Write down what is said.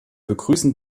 begrüßen